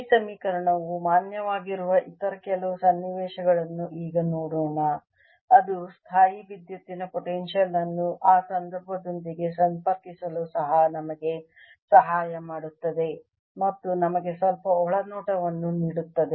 ಈ ಸಮೀಕರಣವು ಮಾನ್ಯವಾಗಿರುವ ಇತರ ಕೆಲವು ಸನ್ನಿವೇಶಗಳನ್ನು ಈಗ ನೋಡೋಣ ಅದು ಸ್ಥಾಯೀವಿದ್ಯುತ್ತಿನ ಪೊಟೆನ್ಶಿಯಲ್ ಅನ್ನು ಆ ಸಂದರ್ಭಗಳೊಂದಿಗೆ ಸಂಪರ್ಕಿಸಲು ಸಹ ನಮಗೆ ಸಹಾಯ ಮಾಡುತ್ತದೆ ಮತ್ತು ನಮಗೆ ಸ್ವಲ್ಪ ಒಳನೋಟವನ್ನು ನೀಡುತ್ತದೆ